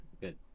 Good